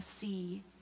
see